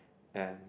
and